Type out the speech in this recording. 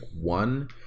one